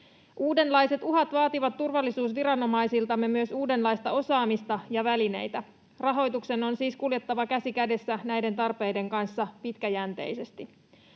Uudenlaiset uhat vaativat turvallisuusviranomaisiltamme myös uudenlaista osaamista ja välineitä. Rahoituksen on siis kuljettava käsi kädessä näiden tarpeiden kanssa pitkäjänteisesti.